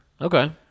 Okay